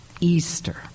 Easter